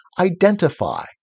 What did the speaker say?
identify